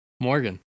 Morgan